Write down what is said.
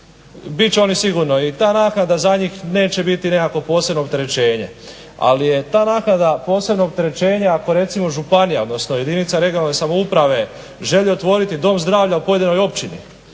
Bit će oni sigurno i ta naknada za njih neće biti nekakvo posebno opterećenje, ali je ta naknada posebno opterećenje ako recimo županija odnosno jedinica regionalne samouprave želi otvoriti dom zdravlja u pojedinoj općini